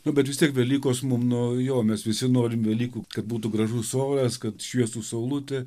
nu bet vis tiek velykos mum nu jo mes visi norim velykų kad būtų gražus oras kad šviestų saulutė